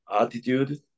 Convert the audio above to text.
attitude